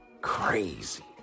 crazy